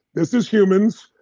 this is humans,